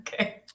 Okay